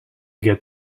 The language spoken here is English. get